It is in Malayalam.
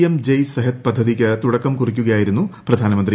എം ജയ് സെഹത് പദ്ധതിയ്ക്ക് തുടക്കം കുറിക്കുകയായിരുന്നു പ്രധാനമന്ത്രി